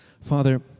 Father